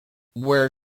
where